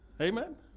Amen